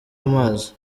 amazi